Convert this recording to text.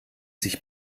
sich